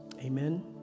Amen